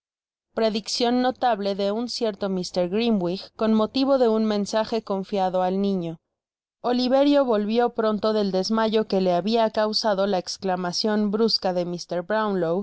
prediccion notable de un cierto mr grimwig con motivo de un mensaoe confiado al níño úverio volvió pronto del desmayo que le habia causado la exclamacion brusca de